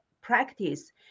practice